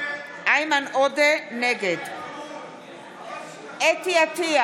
נגד אנדרי קוז'ינוב, נגד אלכס קושניר,